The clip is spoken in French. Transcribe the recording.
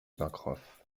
pencroff